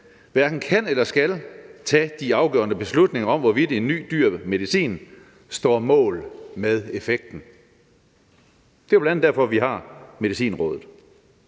hverken kan eller skal tage de afgørende beslutninger om, hvorvidt en ny dyr medicin står mål med effekten. Det er jo bl.a. derfor, vi har Medicinrådet.